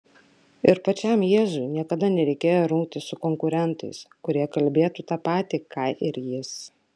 ir pačiam jėzui niekada nereikėjo rungtis su konkurentais kurie kalbėtų tą patį ką ir jis